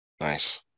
nice